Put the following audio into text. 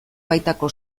baitako